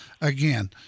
Again